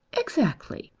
exactly.